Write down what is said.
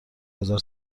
گذار